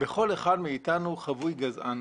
בכל אחד מאיתנו חבוי גזען